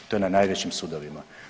To je na najvećim sudovima.